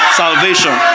salvation